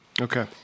Okay